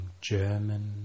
German